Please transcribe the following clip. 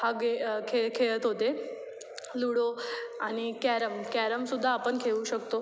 हा गे खेळ खेळत होते लूडो आणि कॅरम कॅरमसुद्धा आपण खेळू शकतो